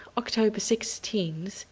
october sixteenth,